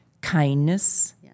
Kindness